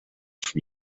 from